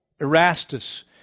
Erastus